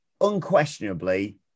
unquestionably